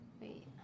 Wait